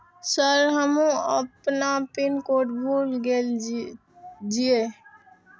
Sir हमू अपना PIN code भूल गेल जीये?